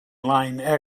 line